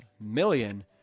million